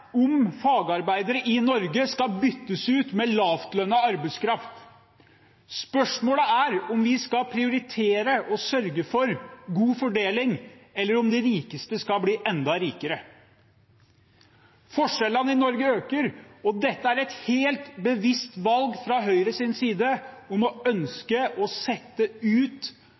om fagarbeidere i Norge skal byttes ut med lavtlønnet arbeidskraft. Spørsmålet er om vi skal prioritere å sørge for god fordeling, eller om de rikeste skal bli enda rikere. Forskjellene i Norge øker, og dette er et helt bevisst valg fra Høyres side, de ønsker å